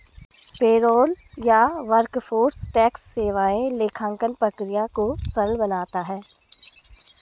payroll या workforce tax सेवाएं लेखांकन प्रक्रिया को सरल बनाता है